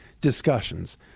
discussions